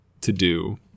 to-do